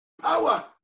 Power